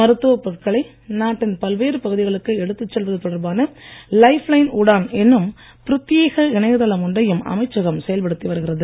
மருத்துவப் பொருட்களை நாட்டின் பல்வேறு பகுதிகளுக்கு எடுத்துச் செல்வது தொடர்பான லைப் லைன் உடான் என்னும் பிரத்யேக இணையதளம் ஒன்றையும் அமைச்சகம் செயல்படுத்தி வருகிறது